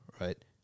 right